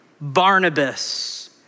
Barnabas